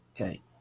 Okay